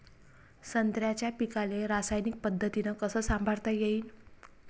संत्र्याच्या पीकाले रासायनिक पद्धतीनं कस संभाळता येईन?